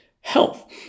health